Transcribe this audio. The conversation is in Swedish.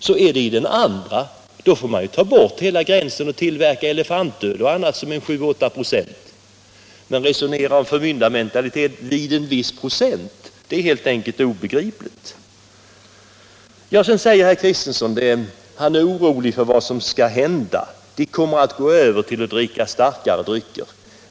Vill man inte ha förmyndarmentalitet så får man väl ta bort alla gränser och tillåta försäljning av elefantöl och annat som håller 7 eller 8 96. Att resonera om förmyndarmentalitet vid en viss procent är helt enkelt obegripligt. Herr Kristenson säger att han är orolig för vad som skall hända, och han tror att de som nu dricker mellanöl kommer att gå över till starkare drycker.